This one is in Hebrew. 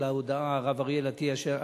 הרב אריאל אטיאס,